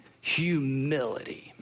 humility